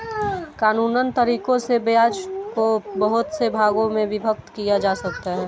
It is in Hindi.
कानूनन तरीकों से ब्याज को बहुत से भागों में विभक्त किया जा सकता है